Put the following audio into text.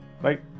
right